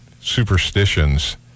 superstitions